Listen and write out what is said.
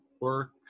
work